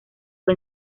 fue